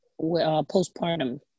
postpartum